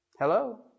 Hello